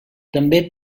també